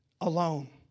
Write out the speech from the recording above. alone